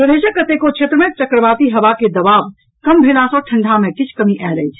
प्रदेशक कतेको क्षेत्र मे चक्रवाती हवा के दबाव कम भेला सँ ठंडा मे किछु कमी आयल अछि